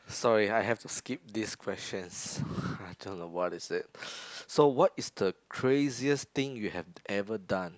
sorry I have to skip this questions I don't know what is it so what is the craziest thing you have ever done